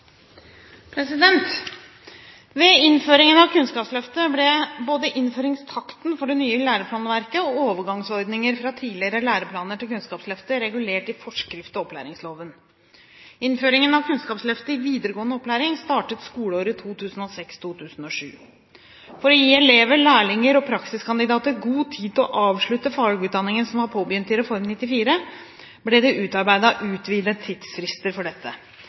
eksamen?» Ved innføringen av Kunnskapsløftet ble både innføringstakten for det nye læreplanverket og overgangsordninger fra tidligere læreplaner til Kunnskapsløftet regulert i forskrift til opplæringsloven. Innføringen av Kunnskapsløftet i videregående opplæring startet skoleåret 2006–2007. For å gi elever, lærlinger og praksiskandidater god tid til å avslutte fagutdanningen som var påbegynt i Reform 94, ble det utarbeidet utvidede tidsfrister for dette.